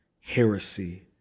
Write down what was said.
heresy